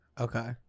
Okay